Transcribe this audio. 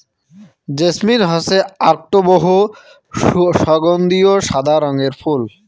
jasmine হসে আকটো বহু সগন্ধিও সাদা রঙের ফুল